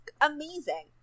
amazing